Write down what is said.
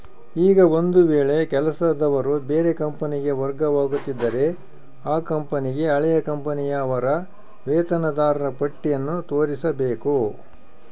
ಈಗ ಒಂದು ವೇಳೆ ಕೆಲಸದವರು ಬೇರೆ ಕಂಪನಿಗೆ ವರ್ಗವಾಗುತ್ತಿದ್ದರೆ ಆ ಕಂಪನಿಗೆ ಹಳೆಯ ಕಂಪನಿಯ ಅವರ ವೇತನದಾರರ ಪಟ್ಟಿಯನ್ನು ತೋರಿಸಬೇಕು